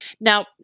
Now